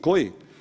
Koji?